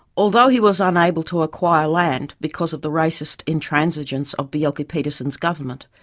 although he was unable to acquire land because of the racist intransigence of bjelke-petersen's government,